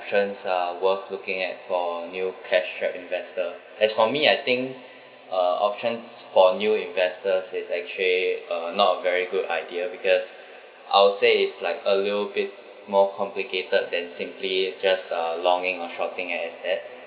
options are worth looking at for new cash-strapped investor as for me I think uh options for a new investors is actually uh not a very good idea because I'll say it's like a little bit more complicated than simply just a longing or shopping at as that